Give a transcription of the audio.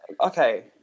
okay